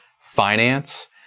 finance